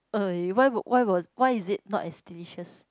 uh why would why was why is it not as delicious